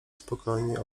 spokojnie